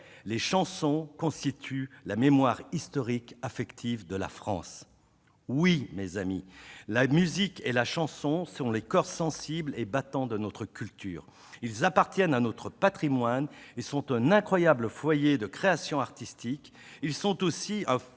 les chansons constituent la mémoire historique affective de la France ». Oui, la musique et la chanson sont les coeurs sensibles et battants de notre culture. Elles appartiennent à notre patrimoine et sont un incroyable foyer de création artistique ; elles sont aussi un